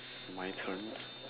my turn